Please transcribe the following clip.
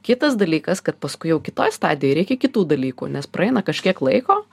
kitas dalykas kad paskui jau kitoj stadijoj reikia kitų dalykų nes praeina kažkiek laiko